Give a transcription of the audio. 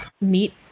meet